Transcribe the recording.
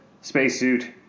spacesuit